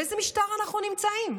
באיזה משטר אנחנו נמצאים?